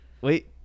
Wait